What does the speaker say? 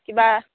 কিবা